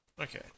Okay